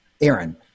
Aaron